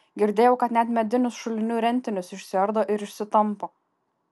girdėjau kad net medinius šulinių rentinius išsiardo ir išsitampo